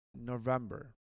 November